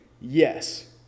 Yes